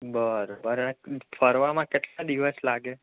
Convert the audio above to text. બરાબર ફરવામાં કેટલા દિવસ લાગે